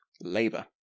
labour